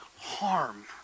harm